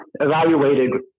evaluated